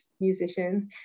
musicians